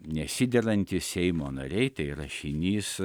nesiderantys seimo nariai tai rašinys